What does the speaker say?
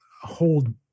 hold